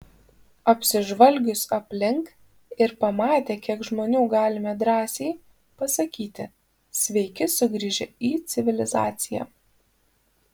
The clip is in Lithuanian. apsižvalgius aplink ir pamatę kiek žmonių galime drąsiai pasakyti sveiki sugrįžę į civilizaciją